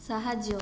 ସାହାଯ୍ୟ